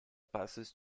passes